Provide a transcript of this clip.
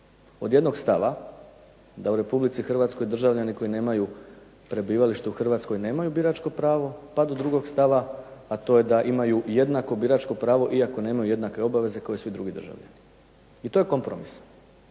Od jednog stava da u RH državljani koji nemaju prebivalište u Hrvatskoj nemaju biračko pravo pa do drugog stava, a to je da imaju jednako biračko pravo iako nemaju jednake obaveze kao i svi drugi državljani. I to je kompromis